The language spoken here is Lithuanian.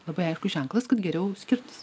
labai aiškus ženklas kad geriau skirtis